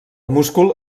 múscul